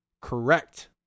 Correct